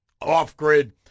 Off-grid